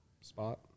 spot